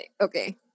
Okay